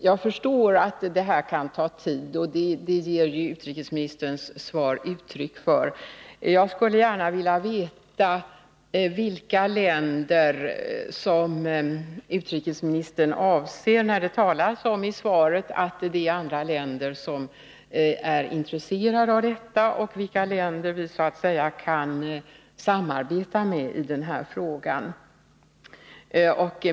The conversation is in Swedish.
Jag förstår att detta kan ta tid, och det ger utrikesministerns svar uttryck för. Jag skulle gärna vilja veta vilka länder utrikesministern avser, när han i svaret talar om att det är andra länder som är intresserade av denna fråga och vilka länder vi kan samarbeta med.